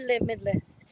limitless